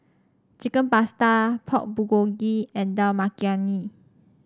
Chicken Pasta Pork Bulgogi and Dal Makhani